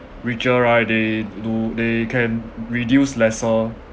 richer right they do they can reduce lesser